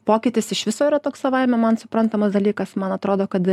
pokytis iš viso yra toks savaime man suprantamas dalykas man atrodo kad